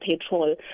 petrol